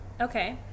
Okay